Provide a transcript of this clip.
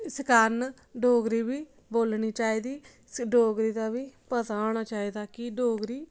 इस कारण डोगरी बी बोलनी चाहिदी डोगरी दा बी पता होना चाहिदा कि डोगरी